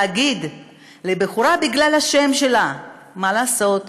להגיד לבחורה, בגלל השם שלה, מה לעשות,